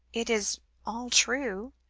it is all true.